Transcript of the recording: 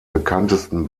bekanntesten